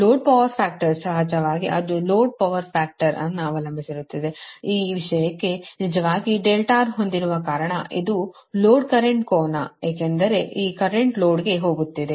load power factor ಸಹಜವಾಗಿ ಅದು load power factor ಅನ್ನು ಅವಲಂಬಿಸಿರುತ್ತದೆ ಈ ವಿಷಯಕ್ಕೆನಿಜವಾಗಿ R ಹೊಂದಿರುವ ಕಾರಣ ಇದು ಲೋಡ್ ಕರೆಂಟ್ ಕೋನ ಏಕೆಂದರೆ ಈ ಕರೆಂಟ್ ಲೋಡ್ಗೆ ಹೋಗುತ್ತಿದೆ